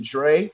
Dre